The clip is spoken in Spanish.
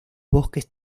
bosques